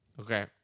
Okay